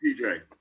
PJ